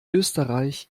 österreich